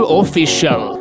Official